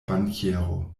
bankiero